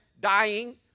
dying